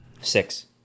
Six